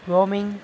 Rome